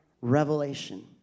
revelation